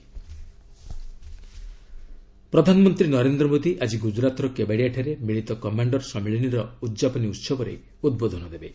PM CCC ପ୍ରଧାନମନ୍ତ୍ରୀ ନରେନ୍ଦ୍ର ମୋଦି ଆଜି ଗୁଜରାତ୍ର କେବାଡିଆଠାରେ ମିଳିତ କମାଣ୍ଡର୍ ସମ୍ମିଳନୀର ଉଦ୍ଯାପନୀ ଉହବରେ ଉଦ୍ବୋଧନ ଦେବେ